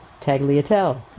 tagliatelle